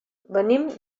venim